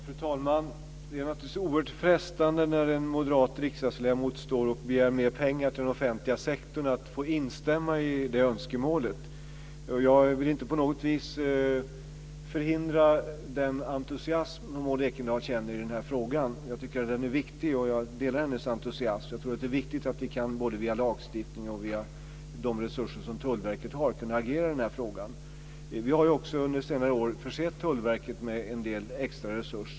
Fru talman! Det är naturligtvis oerhört frestande när en moderat riksdagsledamot står och begär mer pengar till den offentliga sektorn att instämma i önskemålet. Jag vill inte på något vis förhindra den entusiasm Maud Ekendahl känner i den här frågan. Jag tycker att den är viktig, och jag delar hennes entusiasm. Jag tror att det är viktigt att både via lagstiftning och via de resurser som Tullverket har kunna agera i den här frågan. Vi har också under senare år försett Tullverket med en del extra resurser.